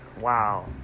wow